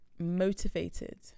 motivated